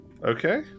Okay